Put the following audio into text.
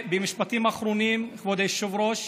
משפטים אחרונים, כבוד היושב-ראש: